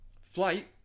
Flight